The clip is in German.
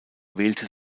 wählte